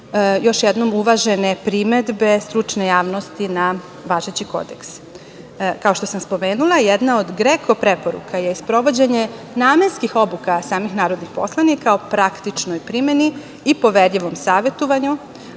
još jednom uvažene primedbe stručne javnosti na važeći Kodeks. Kao što sam spomenula, jedna od GREKO-a preporuka je i sprovođenje namenskih obuka samih narodnih poslanika o praktičnoj primeni i poverljivom savetovanju,